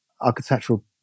architectural